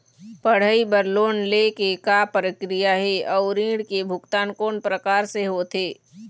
पढ़ई बर लोन ले के का प्रक्रिया हे, अउ ऋण के भुगतान कोन प्रकार से होथे?